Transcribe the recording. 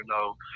no